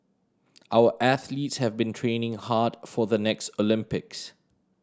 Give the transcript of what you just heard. our athletes have been training hard for the next Olympics